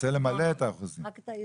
רוצה למלא את האחוזים,